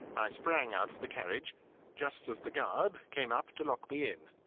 i sprang out of the carriage just as the guard came up to lock me in.